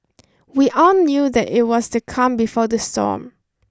we all knew that it was the calm before the storm